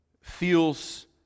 feels